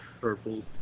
Purple